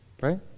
Right